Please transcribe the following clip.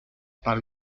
para